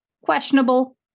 questionable